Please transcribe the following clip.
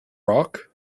rock